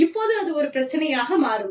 இப்போது அது ஒரு பிரச்சனையாக மாறும்